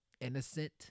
innocent